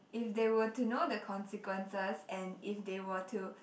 if they were to know the consequences and if they were to